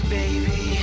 baby